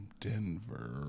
Denver